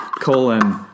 Colon